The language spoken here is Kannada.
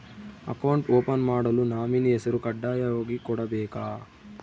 ಅಕೌಂಟ್ ಓಪನ್ ಮಾಡಲು ನಾಮಿನಿ ಹೆಸರು ಕಡ್ಡಾಯವಾಗಿ ಕೊಡಬೇಕಾ?